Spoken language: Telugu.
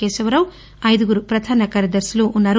కేశవరావు ఐదుగురు పధాన కార్యదర్శులు ఉన్నారు